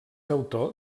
autor